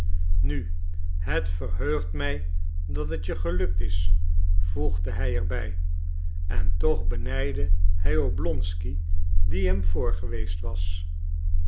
nu het verheugt mij dat het je gelukt is voegde hij er bij en toch benijdde hij oblonsky die hem voor geweest was